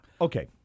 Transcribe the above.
Okay